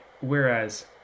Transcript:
Whereas